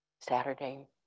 Saturday